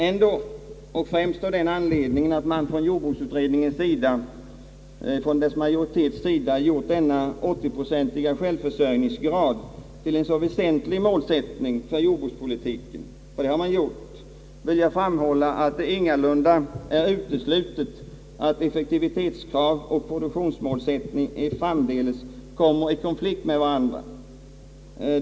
Ändå och främst av den anledningen att jordbruksutredningens majoritet gjort denna 80-procentiga självförsörjningsgrad till en så väsentlig målsättning för jordbrukspolitiken vill jag framhålla, att det ingalunda är uteslutet att effektivitetskrav och produktionsmålsättning framdeles kommer i konflikt med varandra.